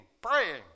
praying